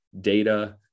data